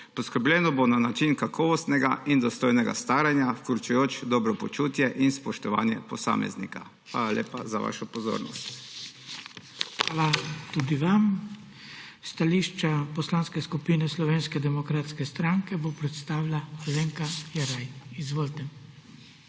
Poskrbljeno bo na način kakovostnega in dostojnega staranja, vključujoč dobro počutje in spoštovanje posameznika. Hvala lepa za vašo pozornost. **PODPREDSEDNIK BRANKO SIMONOVIČ:** Hvala tudi vam. Stališče Poslanske skupine Slovenske demokratske stranke bo predstavila Alenka Jeraj. Izvolite.